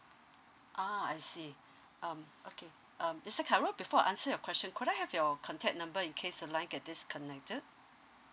ah I see um okay um mister khairul before I answer your question could I have your contact number in case the line get disconnected